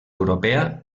europea